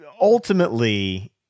ultimately